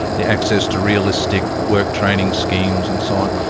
the access to realistic work training schemes and so on.